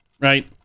right